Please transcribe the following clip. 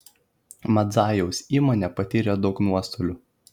madzajaus įmonė patyrė daug nuostolių